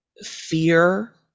fear